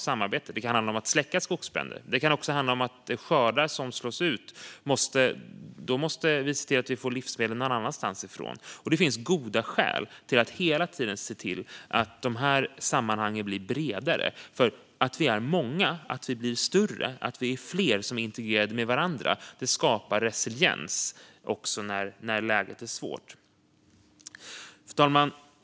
Det kan handla om att släcka skogsbränder. Det kan också handla om att skördar slås ut och att vi måste få livsmedel från någon annanstans. Det finns goda skäl att hela tiden se till att de sammanhangen blir bredare. Att vi är många och blir större, att fler blir integrerade med varandra, skapar nämligen resiliens också när läget är svårt. Fru talman!